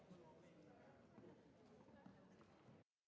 Merci,